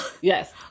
Yes